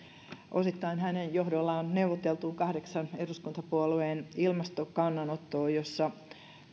osittain hänen johdollaan neuvoteltuun kahdeksan eduskuntapuolueen ilmastokannanottoon jonka